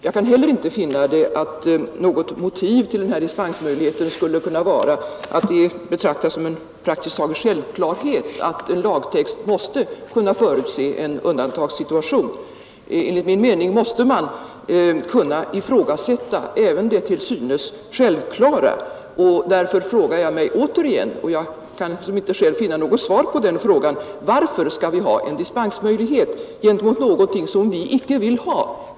Jag kan inte heller finna att ett motiv för denna dispensmöjlighet skulle kunna vara att det betraktas som en praktiskt taget självklar sak att en lagtext måste förutse en undantagssituation. Enligt min mening måste man kunna ifrågasätta även det till synes självklara. Därför frågar jag mig återigen — och jag kan själv inte finna något svar på den frågan: Värför skall vi ha en dispensmöjlighet för någonting som vi icke vill ha?